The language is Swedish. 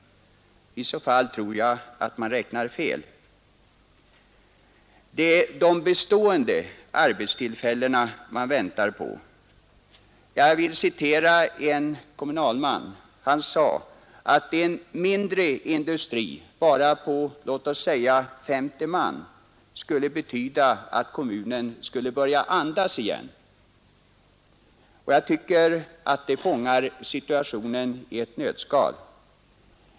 I så fall tror jag att man räknar fel. Det är de bestående arbetstillfällena människorna väntar på. Jag vill återge ett yttrande av en kommunalman., Han sade att en mindre industri, låt oss säga på bara 50 man, skulle betyda att kommunen skulle börja andas igen. Jag tycker att det fångar situationen i 23 ett nötskal.